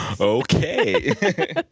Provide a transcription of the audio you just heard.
Okay